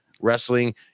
wrestling